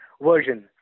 version